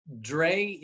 dre